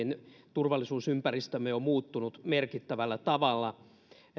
turvallisuusympäristömme on on muuttunut merkittävällä tavalla